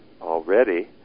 already